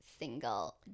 single